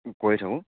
কৰি থাকোঁ